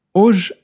hoje